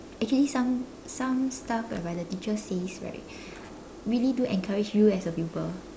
actually some some stuff whereby the teacher says right really do encourage you as a pupil